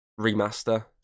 remaster